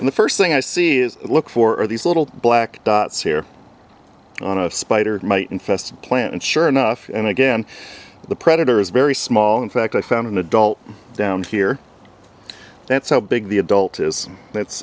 and the first thing i see is look for these little black dots here on a spider mite infested plant and sure enough and again the predator is very small in fact i found an adult down here that's how big the adult is it's